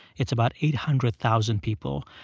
it's about eight hundred thousand people.